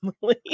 family